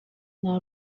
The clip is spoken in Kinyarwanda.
nta